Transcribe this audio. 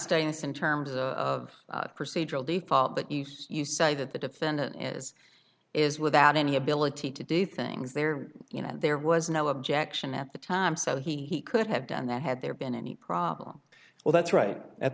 status in terms of procedural default but you say that the defendant is is without any ability to do things there you know there was no objection at the time so he could have done that had there been any problem well that's right at